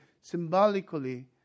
symbolically